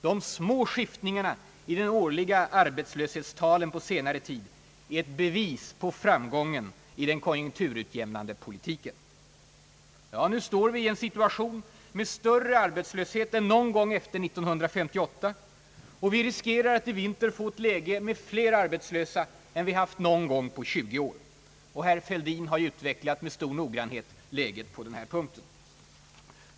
De små skiftningarna i de årliga arbetslöshetstalen på senare tid är ett bevis på framgång i den konjunkturutjämnande politiken.» Ja, nu står vi i en situation med större arbetslöshet än någon gång efter 1958, och vi riskerar att i vinter få ett läge med fler arbetslösa än vi haft någon gång på 20 år. Herr Fälldin har med stor noggrannhet utvecklat den här saken.